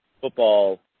football